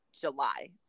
July